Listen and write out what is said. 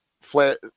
flat